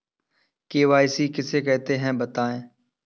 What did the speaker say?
KYC किसे कहते हैं बताएँ?